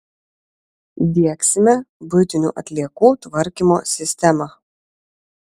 diegsime buitinių atliekų tvarkymo sistemą